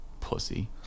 Pussy